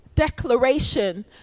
declaration